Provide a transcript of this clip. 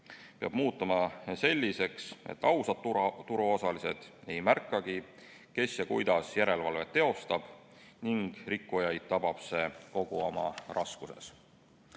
Peab muutuma selliseks, et ausad turuosalised ei märkagi, kes ja kuidas järelevalvet teostab, ning rikkujaid tabab see kogu oma raskuses. Toetame